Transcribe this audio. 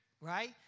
right